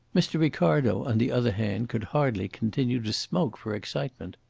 mr. ricardo, on the other hand, could hardly continue to smoke for excitement.